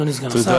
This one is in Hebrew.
אדוני סגן השר.